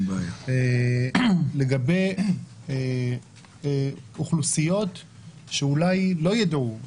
לגבי אוכלוסיות שאולי לא ידעו,